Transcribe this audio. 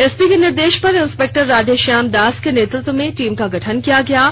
SP के निर्देश पर इंस्पेक्टर राधेश्याम दास के नेतृत्व में टीम का गठन किया गया